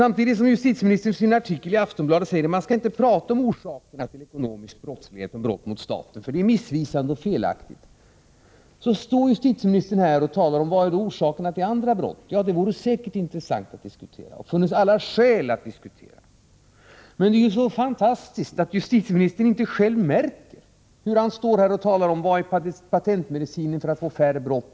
Samtidigt som justitieministern i sin artikel i Aftonbladet säger att vi inte skall tala om orsaker till ekonomisk brottslighet och brott mot staten, eftersom det är missvisande och felaktigt, står han här och frågar: Vad är orsakerna till andra brott? Ja, det vore säkert intressant att diskutera, och det funnes alla skäl att göra det. Men vad som är så fantastiskt är att justitieministern inte själv märker hur han står här och talar om patentmediciner för att få färre brott.